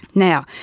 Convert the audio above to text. now,